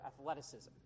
athleticism